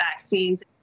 vaccines